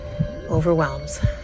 overwhelms